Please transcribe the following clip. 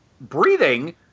breathing